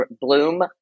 Bloom